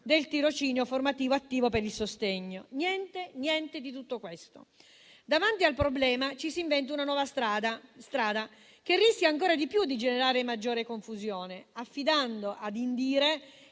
del tirocinio formativo attivo per il sostegno. Niente di tutto questo. Davanti al problema ci si inventa una nuova strada, che rischia di generare ancora maggiore confusione, affidando